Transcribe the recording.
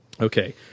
Okay